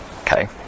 Okay